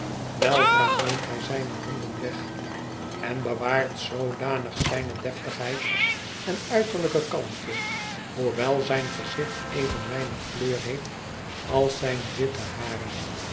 weldra neemt hij zijne handen weg en bewaart zoodanig zijne deftigheid en uiterlijke kalmte hoewel zijn gezicht even weinig kleur heeft als zijne witte haren